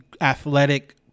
athletic